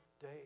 day